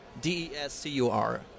D-E-S-C-U-R